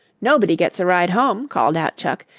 nobody gets a ride home, called out chuck,